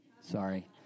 sorry